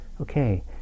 Okay